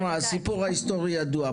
הסיפור ההיסטורי ידוע.